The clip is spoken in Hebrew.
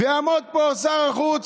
יעמוד פה שר החוץ,